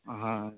हाँ